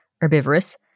herbivorous